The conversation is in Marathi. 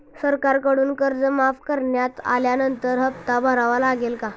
सरकारकडून कर्ज माफ करण्यात आल्यानंतर हप्ता भरावा लागेल का?